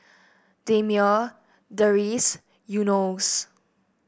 Damia Deris Yunos